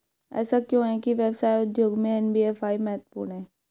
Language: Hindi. ऐसा क्यों है कि व्यवसाय उद्योग में एन.बी.एफ.आई महत्वपूर्ण है?